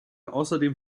außerdem